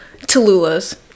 Tallulah's